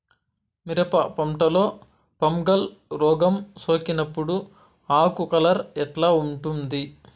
మిరప పంటలో ఫంగల్ రోగం సోకినప్పుడు ఆకు కలర్ ఎట్లా ఉంటుంది?